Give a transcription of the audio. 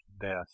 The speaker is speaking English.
death